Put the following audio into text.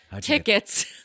tickets